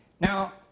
Now